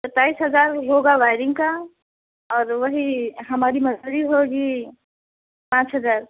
सत्ताईस हज़ार होगा वायरिंग का और वही हमारी मज़दूरी होगी पाँच हज़ार